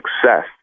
success